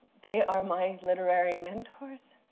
they are my literary mentors.